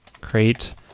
create